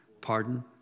Pardon